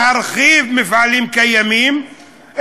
להרחיב מפעלים קיימים.